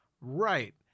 Right